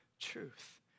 truth